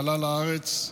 ועלה לארץ.